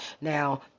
now